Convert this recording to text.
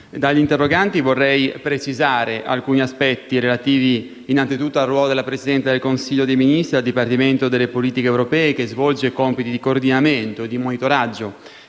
dagli interroganti, vorrei precisare alcuni aspetti relativi innanzitutto al ruolo della Presidenza del Consiglio dei ministri e al Dipartimento per le politiche europee che svolge compiti di coordinamento e di monitoraggio